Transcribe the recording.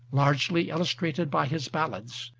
largely illustrated by his ballads,